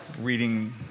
reading